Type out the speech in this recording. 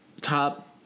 top—